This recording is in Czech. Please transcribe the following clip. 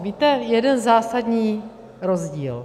Víte, jeden zásadní rozdíl.